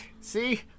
see